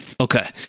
Okay